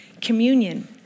communion